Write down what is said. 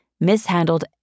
mishandled